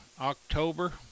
October